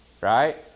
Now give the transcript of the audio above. Right